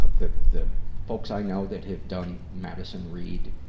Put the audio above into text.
ah the, the folks i know that have done madison reed,